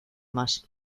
más